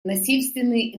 насильственные